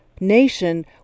nation